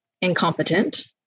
incompetent